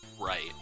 right